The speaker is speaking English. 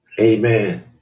Amen